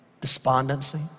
Despondency